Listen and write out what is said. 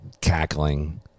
cackling